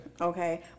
Okay